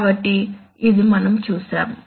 కాబట్టి ఇది మనం చూశాము